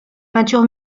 peintures